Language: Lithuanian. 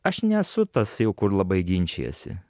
aš nesu tas jau kur labai ginčijasi